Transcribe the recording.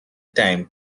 time